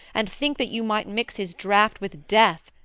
and think that you might mix his draught with death,